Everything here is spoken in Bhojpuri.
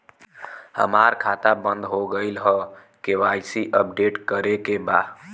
हमार खाता बंद हो गईल ह के.वाइ.सी अपडेट करे के बा?